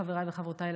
חבריי וחברותיי,